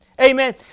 Amen